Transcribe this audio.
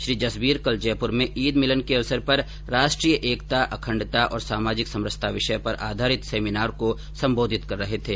श्री जसबीर कल जयपुर में ईद मिलन के अवसर पर राष्ट्रीय एकता अखण्डता और सामाजिक समरसता विषय पर आधारित सेमिनार को संबोधित कर रहे थे